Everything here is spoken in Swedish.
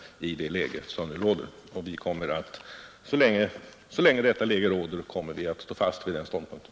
Så länge det nuvarande läget råder kommer vi att hålla fast vid den ståndpunkten.